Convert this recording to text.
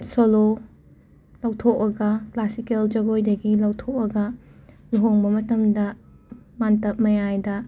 solo ꯂꯧꯊꯣꯛꯑꯒ classical ꯖꯒꯣꯏꯗꯒꯤ ꯂꯧꯊꯣꯛꯑꯒ ꯂꯨꯍꯣꯡꯕ ꯃꯇꯝꯗ ꯃꯥꯟꯇꯞ ꯃꯌꯥꯏꯗ